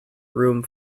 room